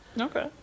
okay